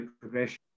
progression